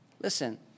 listen